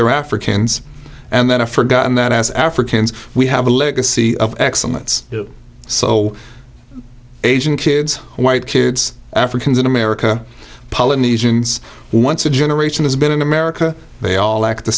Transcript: they're africans and then a forgotten that as africans we have a legacy of excellence so asian kids white kids africans in america polynesians once a generation has been in america they all act the